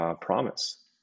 promise